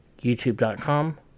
youtube.com